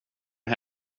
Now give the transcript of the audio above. att